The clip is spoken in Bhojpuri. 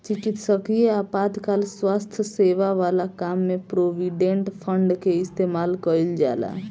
चिकित्सकीय आपातकाल स्वास्थ्य सेवा वाला काम में प्रोविडेंट फंड के इस्तेमाल कईल जाला